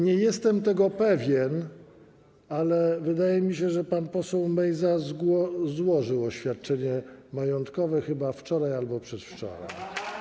Nie jestem pewien, ale wydaje mi się, że pan poseł Mejza złożył oświadczenie majątkowe wczoraj albo przedwczoraj.